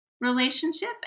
relationship